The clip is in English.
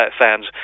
fans